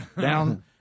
down